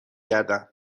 گردم